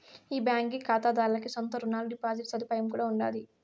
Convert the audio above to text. ఈ బాంకీ కాతాదార్లకి సొంత రునాలు, డిపాజిట్ సదుపాయం కూడా ఉండాది